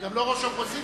גם לא ראש האופוזיציה.